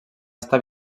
estar